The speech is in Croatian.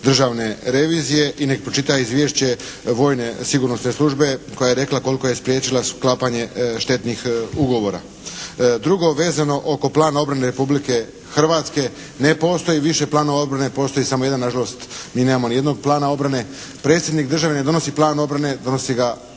državne revizije i nek pročita izvješće vojne sigurnosne službe koja je rekla koliko je spriječila sklapanje štetnih ugovora. Drugo, vezano oko plana obrane Republike Hrvatske. Ne postoji više planova obrane. Postoji samo jedan. Nažalost mi nemamo ni jednog plana obrane. Predsjednik države ne donosi plan obrane. Donosi ga Vlada